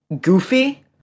goofy